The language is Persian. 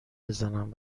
بزنم